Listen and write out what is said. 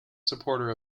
supporter